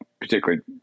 particularly